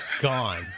gone